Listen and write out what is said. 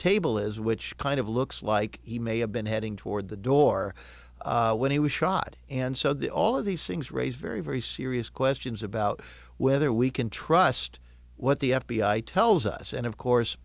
table is which kind of looks like he may have been heading toward the door when he was shot and so that all of these things raise very very serious questions about whether we can trust what the f b i tells us and of course